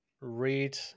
read